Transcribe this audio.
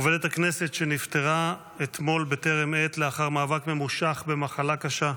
עובדת הכנסת שנפטרה אתמול בטרם עת לאחר מאבק ממושך במחלה קשה.